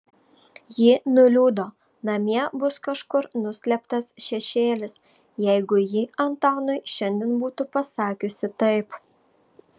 ji nuliūdo namie bus kažkur nuslėptas šešėlis jeigu ji antanui šiandien būtų pasakiusi taip